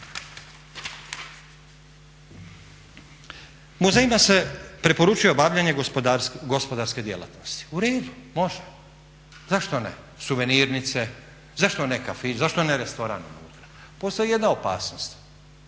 Muzejima se preporučuje obavljanje gospodarske djelatnosti. U redu, može, zašto ne suvenirnice, zašto ne kafići, zašto ne restoran unutra. Postoji jedna opasnost,